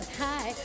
hi